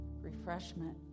refreshment